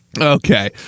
Okay